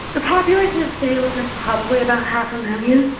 the population of salem is probably about half a million,